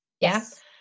Yes